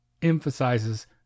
emphasizes